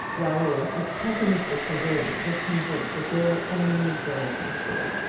raoul, with pessimistic foreboding, was convinced that there were only girls next door.